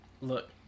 Look